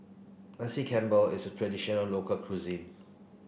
Nasi Campur is a traditional local cuisine